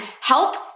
Help